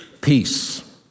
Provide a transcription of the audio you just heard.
peace